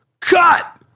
Cut